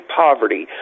poverty